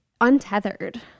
untethered